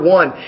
one